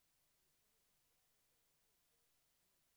ודאי, ודאי.